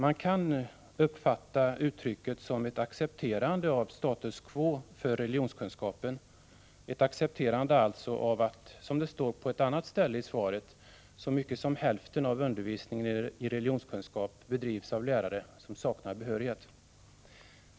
Man kan uppfatta uttrycket som ett accepterande av status quo för religionskunskapen — ett accepterande av, som det står på ett annat ställe i svaret, att så mycket som hälften av undervisningen i religionskunskap bedrivs av lärare som saknar behörighet.